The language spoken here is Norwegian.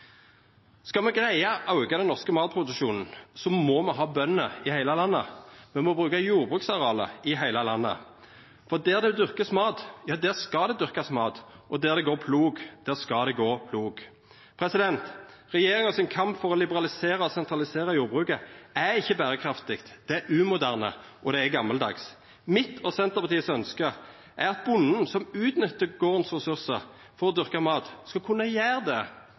Skal me greia å auka den norske matproduksjonen, må me ha bønder i heile landet, og me må bruka jordbruksarealet i heile landet. Der det vert dyrka mat, skal det dyrkast mat, og der det går plog, skal det gå plog. Regjeringas kamp for å liberalisera og sentralisera jordbruket er ikkje berekraftig. Det er umoderne og gamaldags. Mitt og Senterpartiets ønske er at bonden som utnyttar gardsressursane for å dyrka mat, skal kunna gjera det